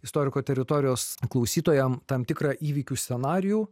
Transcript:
istoriko teritorijos klausytojam tam tikrą įvykių scenarijų